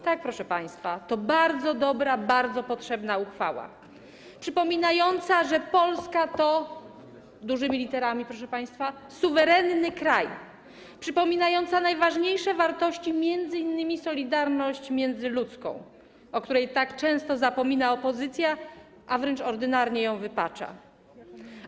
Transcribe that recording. Tak, proszę państwa, to bardzo dobra, bardzo potrzebna uchwała przypominająca, że Polska to - dużymi literami, proszę państwa - suwerenny kraj, przypominająca najważniejsze ważności, m.in. solidarność międzyludzką, o której tak często zapomina opozycja, a wręcz ordynarnie ją wypacza.